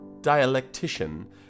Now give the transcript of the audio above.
dialectician